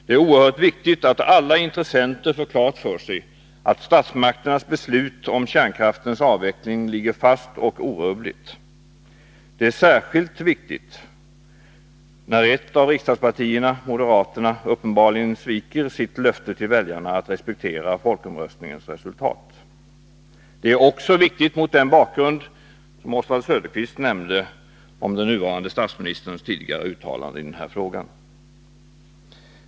Det är oerhört viktigt att alla intressenter får klart för sig att statsmakternas beslut om kärnkraftens avveckling ligger fast och orubbligt. Det är särskilt viktigt när ett av partierna, moderaterna, uppenbarligen sviker sitt löfte till väljarna att respektera folkomröstningens resultat. Det är viktigt också mot den bakgrund som Oswald Söderqvist nämnde om den nuvarande statsministerns tidigare uttalanden i den här frågan.